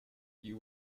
you